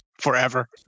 forever